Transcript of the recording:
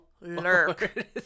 lurk